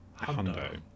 Hundo